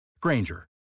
Granger